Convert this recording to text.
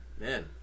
man